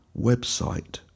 website